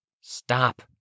Stop